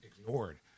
ignored